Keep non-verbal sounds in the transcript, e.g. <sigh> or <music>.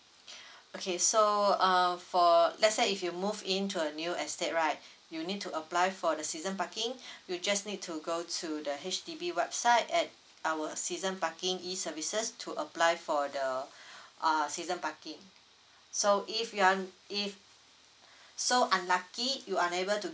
<breath> okay so um for let's say if you move in to a new estate right <breath> you need to apply for the season parking <breath> you just need to go to the H_D_B website at our season parking E services to apply for the <breath> err season parking <breath> so if you are n~ if so unlucky you unable to